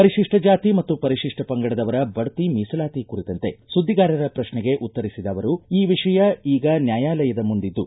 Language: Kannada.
ಪರಿಶಿಷ್ಟ ಜಾತಿ ಮತ್ತು ಪರಿಶಿಷ್ಟ ಪಂಗಡದವರ ಭಡ್ತಿ ಮೀಸಲಾತಿ ಕುರಿತಂತೆ ಸುದ್ದಿಗಾರರ ಪ್ರಕ್ಷೆಗೆ ಉತ್ತರಿಸಿದ ಅವರು ಈ ವಿಷಯ ಈಗ ನ್ಯಾಯಾಲಯದಮುಂದಿದ್ದು